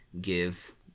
give